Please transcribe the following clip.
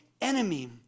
enemy